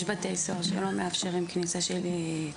יש בתי סוהר שלא מאפשרים כניסה של ציורים ותמונות שהם מביאים.